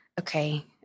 okay